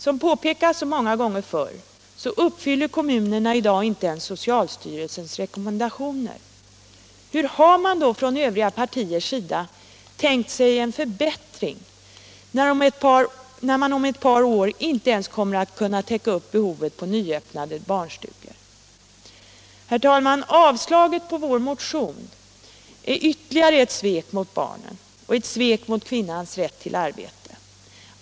Som påpekats så många gånger förr uppfyller kommunerna i dag inte ens socialstyrelsens rekommendationer. Hur har man då från övriga partiers sida tänkt sig en förbättring, när man om ett par år inte ens kommer att kunna täcka behovet för nyöppnade barnstugor? Herr talman! Avslaget på vår motion är ytterligare ett svek mot barnen och ett svek mot kvinnans rätt till arbete.